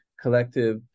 collective